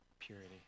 purity